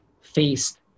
faced